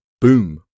Boom